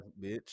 bitch